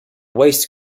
waist